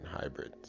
hybrids